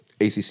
ACC